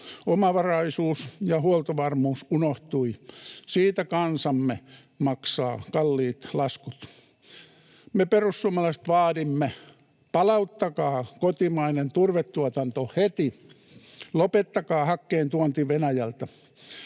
Omavaraisuus ja huoltovarmuus unohtuivat. Siitä kansamme maksaa kalliit laskut. Me perussuomalaiset vaadimme: Palauttakaa kotimainen turvetuotanto heti! Lopettakaa hakkeen tuonti Venäjältä!